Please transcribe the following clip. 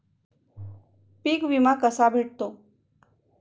पीक विमा कसा भेटतो?